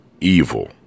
evil